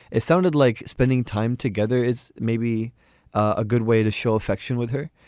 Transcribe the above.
it sounded like spending time together is maybe a good way to show affection with her.